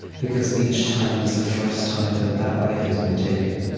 because each time is the first time that that life has been taken.